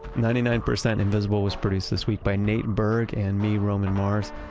ninety nine percent invisible was produced this week by nate berg and me, roman mars.